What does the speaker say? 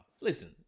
Listen